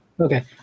Okay